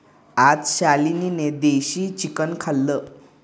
आज शालिनीने देशी चिकन खाल्लं